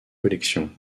collection